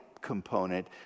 component